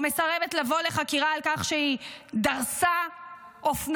או מסרבת לבוא לחקירה על כך שהיא דרסה אופנוען?